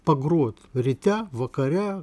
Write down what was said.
pagrot ryte vakare